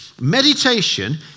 meditation